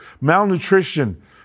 malnutrition